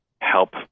help